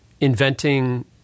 inventing